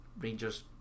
Rangers